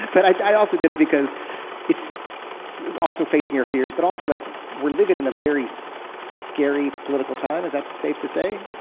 but i also did it because it's also facing your fears, but also like we're living in a very so scary political time. is that safe to say?